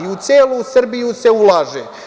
U celu Srbiju se ulaže.